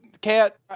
cat